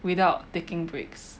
without taking breaks